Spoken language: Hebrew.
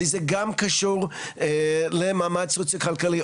וזה גם קשור למאמץ חוץ כלכלי,